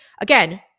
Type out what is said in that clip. Again